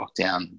lockdown